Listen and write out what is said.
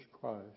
Christ